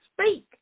speak